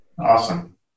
Awesome